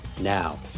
Now